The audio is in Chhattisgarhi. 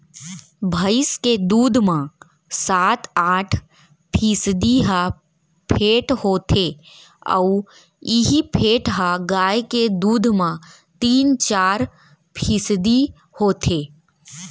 भईंस के दूद म सात आठ फीसदी ह फेट होथे अउ इहीं फेट ह गाय के दूद म तीन चार फीसदी होथे